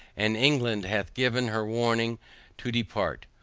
and england hath given her warning to depart.